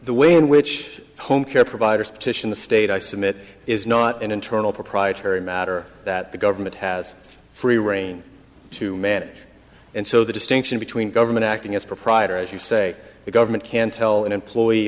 the way in which home care providers petition the state i submit is not an internal proprietary matter that the government has free reign to manage and so the distinction between government acting as proprietor as you say the government can tell an employee